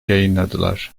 yayınladılar